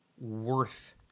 worth